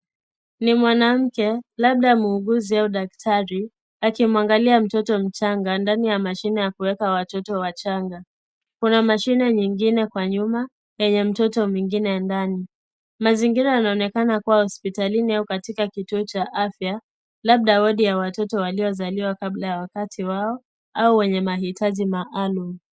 Ni mwanamke, labda muuguzi au daktari, akimwangalia mtoto mchanga ndani ya mashine ya kuweka watoto wachanga. Kuna mashine nyingine kwa nyuma, yenye mtoto mwingine ndani. Mazingira yanaonekana kuwa hospitalini au katika kituo cha afya, labda wodi ya watoto waliozaliwa kabla ya wakati wao au wenye mahitaji maalum.